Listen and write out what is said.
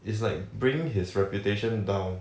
it's like bringing his reputation down